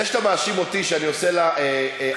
זה שאתה מאשים אותי שאני עושה לה תיקון,